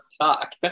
talk